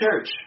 church